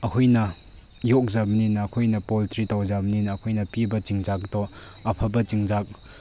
ꯑꯩꯈꯣꯏꯅ ꯌꯣꯛꯆꯕꯅꯤꯅ ꯑꯩꯈꯣꯏꯅ ꯄꯣꯜꯇ꯭ꯔꯤ ꯇꯧꯖꯕꯅꯤꯅ ꯑꯩꯈꯣꯏꯅ ꯄꯤꯕ ꯆꯤꯟꯖꯥꯛꯇꯣ ꯑꯐꯕ ꯆꯤꯟꯖꯥꯛ